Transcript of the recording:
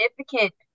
significant